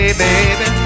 baby